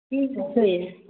की होयतै